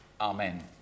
Amen